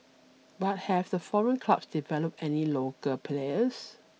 but have the foreign clubs developed any local players